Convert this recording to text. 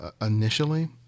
initially